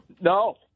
No